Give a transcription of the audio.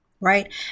right